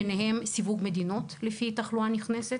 ביניהם סיווג מדינות לפי תחלואה נכנסת.